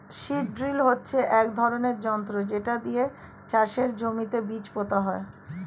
seed drill হচ্ছে এক ধরনের যন্ত্র যেটা দিয়ে চাষের জমিতে বীজ পোতা হয়